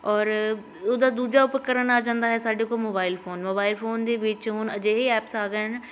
ਔਰ ਉਦਾ ਦੂਜਾ ਉਪਕਰਨ ਆ ਜਾਂਦਾ ਹੈ ਸਾਡੇ ਕੋਲ ਮੋਬਾਈਲ ਫੋਨ ਮੋਬਾਈਲ ਫੋਨ ਦੇ ਵਿੱਚ ਹੁਣ ਅਜਿਹੇ ਐਪਸ ਆ ਗਏ ਹਨ